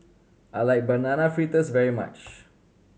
I like Banana Fritters very much